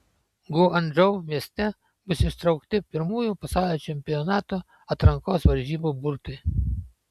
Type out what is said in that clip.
guangdžou mieste bus ištraukti pirmųjų pasaulio čempionato atrankos varžybų burtai